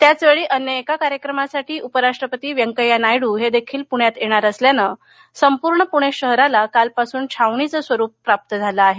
त्याचवेळी अन्य एका कार्यक्रमासाठी उपराष्ट्रपती वेंकय्या नायड्र हे देखील पुण्यात येणार असल्याने संपूर्ण पुणे शहराला कालपासून छावणीचं स्वरूप प्राप्त झालं आहे